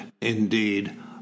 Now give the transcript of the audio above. indeed